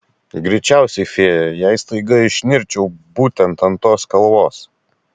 greičiausiai fėja jei staiga išnirčiau būtent ant tos kalvos